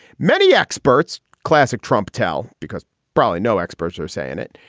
many experts classic trump tell because broadly no experts are saying it.